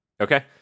okay